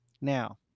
Now